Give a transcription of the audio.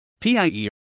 PIE